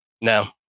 No